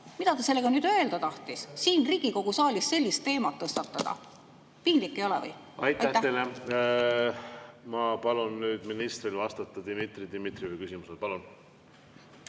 Mida ta sellega öelda tahtis? Siin Riigikogu saalis sellist teemat tõstatada ... Piinlik ei ole või? Aitäh teile! Ma palun nüüd ministril vastata Dmitri Dmitrijevi küsimusele. Palun!